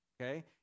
Okay